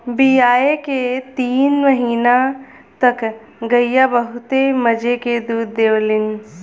बियाये के तीन महीना तक गइया बहुत मजे के दूध देवलीन